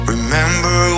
Remember